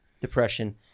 depression